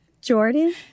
Jordan